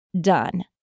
done